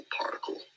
particle